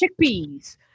chickpeas